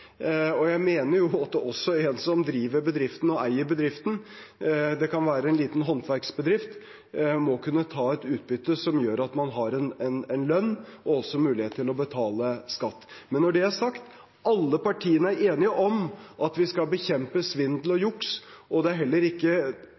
og eier bedriften – det kan være en liten håndverksbedrift – må kunne ta ut et utbytte som gjør at man har en lønn og også mulighet til å betale skatt. Men når det er sagt: Alle partiene er enige om at vi skal bekjempe svindel og